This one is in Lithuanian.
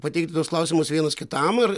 pateikti tuos klausimus vienas kitam ir